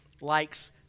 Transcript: likes